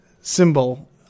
symbol